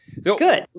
Good